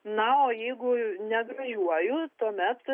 na o jeigu ne gražiuoju tuomet